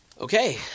okay